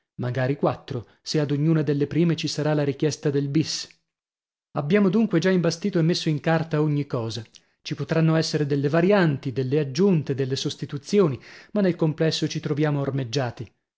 magari quattro se ad ognuna delle prime ci sarà la richiesta del bis abbiamo dunque già imbastito e messo in carta ogni cosa ci potranno essere delle varianti delle aggiunte delle sostituzioni ma nel complesso ci troviamo ormeggiati